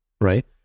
Right